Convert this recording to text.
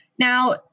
Now